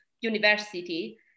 university